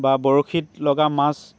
বা বৰশীত লগা মাছ